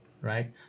right